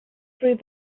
through